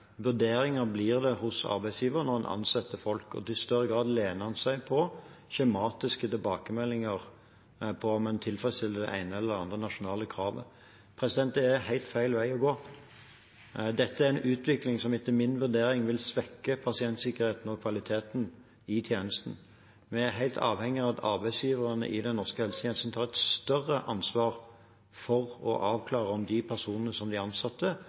vurderinger blir det hos arbeidsgiver når en ansetter folk, og i desto større grad lener en seg på skjematiske tilbakemeldinger på om en tilfredsstiller det ene eller det andre nasjonale kravet. Det er en helt feil vei å gå. Dette er en utvikling som etter min vurdering vil svekke pasientsikkerheten og kvaliteten i tjenesten. Vi er helt avhengig av at arbeidsgiverne i den norske helsetjenesten tar et større ansvar for å avklare om de personene som de